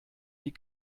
die